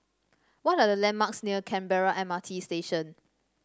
what are the landmarks near Canberra M R T Station